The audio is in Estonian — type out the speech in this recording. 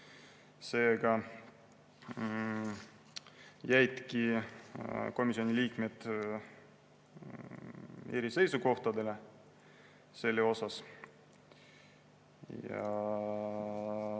Seega jäidki komisjoni liikmed eri seisukohtadele selles osas.